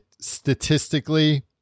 statistically